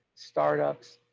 startups,